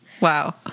Wow